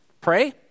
pray